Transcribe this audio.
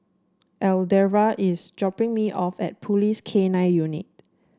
Alverda is dropping me off at Police K Nine Unit